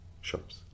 shops